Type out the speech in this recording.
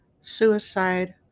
suicide